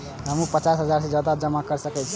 हमू पचास हजार से ज्यादा जमा कर सके छी?